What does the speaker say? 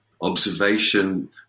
observation